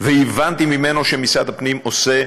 והבנתי ממנו שמשרד הפנים עושה,